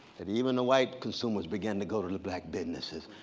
that even the white consumers began to go to the black businesses.